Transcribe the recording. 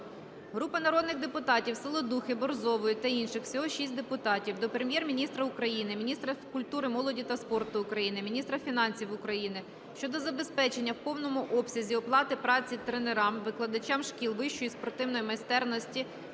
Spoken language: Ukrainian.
Групи народних депутатів (Саладухи, Борзової та інших. Всього 6 депутатів) до Прем'єр-міністра України, міністра культури, молоді та спорту України, міністра фінансів України щодо забезпечення в повному обсязі оплати праці тренерам-викладачам шкіл вищої спортивної майстерності